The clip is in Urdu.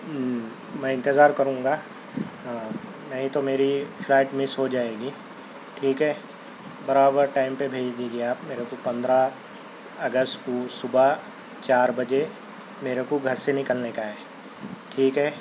میں انتظار کروں گا نہیں تو میری فلائٹ مس ہو جائے گی ٹھیک ہے برابر ٹائم پہ بھیج دیجیے آپ میرے کو پندرہ اگست کو صبح چار بجے میرے کو گھر سے نکلنے کا ہے ٹھیک ہے